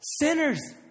sinners